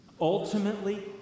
Ultimately